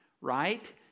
right